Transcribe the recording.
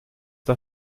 der